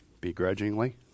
Begrudgingly